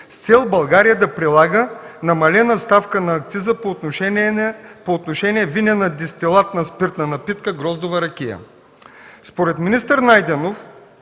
с цел България да прилага намалена ставка на акциза по отношение винена дестилатна спиртна напитка „Гроздова ракия”.